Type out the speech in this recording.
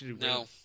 no